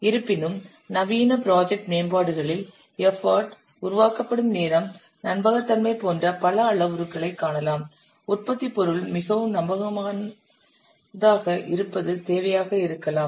இருப்பினும் நவீன ப்ராஜெக்ட் மேம்பாடுகளில் எஃபர்ட் உருவாக்கப்படும் நேரம் நம்பகத்தன்மை போன்ற பல அளவுருக்களை காணலாம் உற்பத்திப் பொருள் மிகவும் நம்பகமானதாக இருப்பது தேவையாக இருக்கலாம்